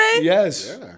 Yes